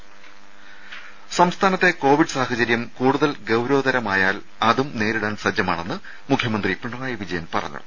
ടെട്ട സംസ്ഥാനത്തെ കോവിഡ് സാഹചര്യം കൂടുതൽ ഗൌരവതരമായാൽ അതും നേരിടാൻ സജ്ജമാണെന്ന് മുഖ്യമന്ത്രി പിണറായി വിജയൻ പറഞ്ഞു